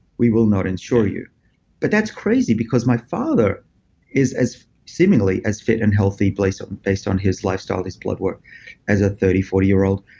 we will not insure you but that's crazy because my father is as seemingly as fit and healthy um based on his lifestyle, his blood work as a thirty, forty year old.